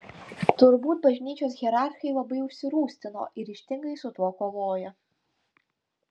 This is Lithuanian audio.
turbūt bažnyčios hierarchai labai užsirūstino ir ryžtingai su tuo kovoja